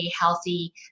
healthy